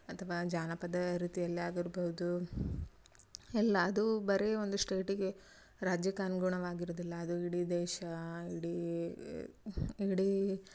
ಅಥವಾ ಜಾನಪದ ವೃತ್ತಿಯಲ್ಲಿ ಆಗಿರ್ಬೋದು ಎಲ್ಲ ಅದು ಬರೇ ಒಂದು ಸ್ಟೇಟಿಗೆ ರಾಜ್ಯಕ್ಕೆ ಅನ್ಗುಣವಾಗಿರೋದಿಲ್ಲ ಅದು ಇಡೀ ದೇಶ ಇಡೀ ಇಡೀ